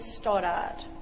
Stoddard